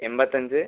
എമ്പത്തഞ്ച്